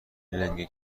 لنگه